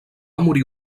morir